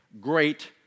great